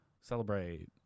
celebrate